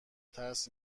ترس